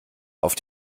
auf